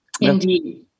Indeed